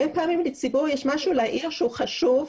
הרבה פעמים לציבור יש משהו להעיר שהוא חשוב,